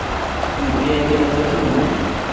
UPI के मतलब की होने?